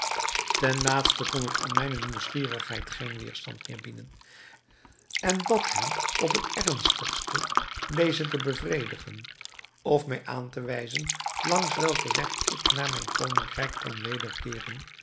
ten laatste kon ik aan mijne nieuwsgierigheid geen weêrstand meer bieden en bad hen op het ernstigste deze te bevredigen of mij aan te wijzen langs welken weg ik naar mijn koningrijk kon wederkeeren